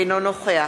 אינו נוכח